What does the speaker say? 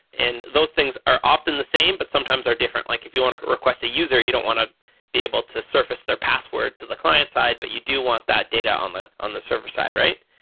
and those things are often the same, but sometimes are different. like if you want to request a user, you don't want to be able to surface their password to the client-side, but you do want that data on on the server-side, right?